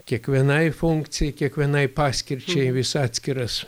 kiekvienai funkcijai kiekvienai paskirčiai vis atskiras